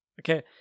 Okay